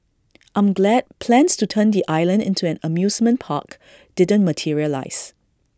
I'm glad plans to turn the island into an amusement park didn't materialise